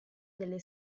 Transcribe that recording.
delle